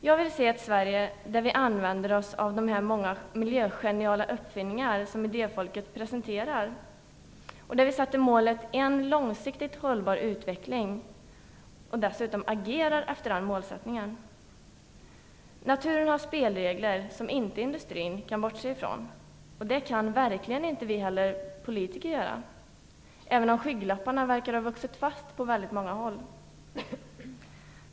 Jag vill se ett Sverige där vi använder oss av de många miljögeniala uppfinningar som idéfolket presenterar, där vårt mål är en långsiktigt hållbar utveckling, och agerar efter det målet. Naturen har spelregler som inte industrin kan bortse ifrån. Det kan verkligen inte heller vi politiker göra, även om skygglapparna verkar ha vuxit fast på många håll.